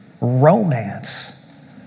romance